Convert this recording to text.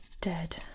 dead